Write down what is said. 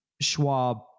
Schwab